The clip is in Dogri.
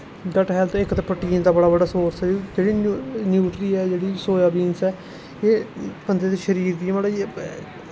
गैट्ट हैल्थ इक ते प्रटीन दा बड़ा बड्डा सोर्स होई जेह्ड़ी न्यूट्री ऐ जेह्ड़ी सोयाबीनस ऐ एह् बंदे दे शरीर गी मतलब